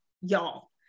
y'all